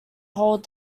hold